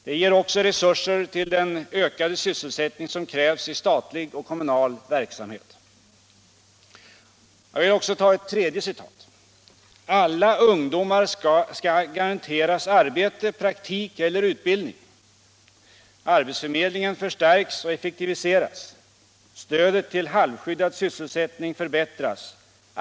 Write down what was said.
Det ger också resurser till den ökade sysselsättning som krävs i statlig och kommunal verksamhet.” Jag vill också ta ett tredje citat: ”Alla ungdomar skall garanteras arbete, praktik eller utbildning. Arbetsförmedlingen förstärks och effektiviseras. Stödet till halvskyddad sysselsättning förbättras.